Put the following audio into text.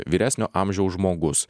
vyresnio amžiaus žmogus